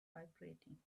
vibrating